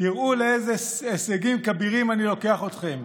תראו לאיזה הישגים כבירים אני לוקח אתכם,